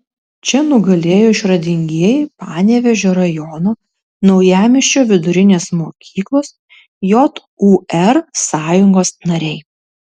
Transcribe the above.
čia nugalėjo išradingieji panevėžio rajono naujamiesčio vidurinės mokyklos jūr sąjungos nariai